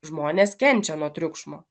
žmonės kenčia nuo triukšmo